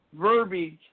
verbiage